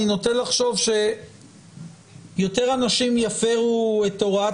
אני נוטה לחשוב שיותר אנשים יפרו את הוראת